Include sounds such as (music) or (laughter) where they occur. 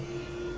(noise)